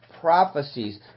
prophecies